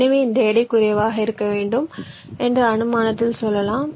எனவே இந்த எடை குறைவாக இருக்க வேண்டும் என்று அனுமானத்தில் சொல்லலாம்